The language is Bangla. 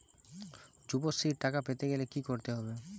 যুবশ্রীর টাকা পেতে গেলে কি করতে হবে?